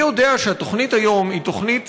אני יודע שהתוכנית היום היא תוכנית